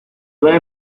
duele